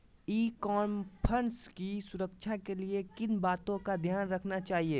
ई commerce की सुरक्षा के लिए किन बातों का ध्यान रखना चाहिए?